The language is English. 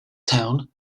town